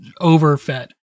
overfed